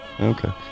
Okay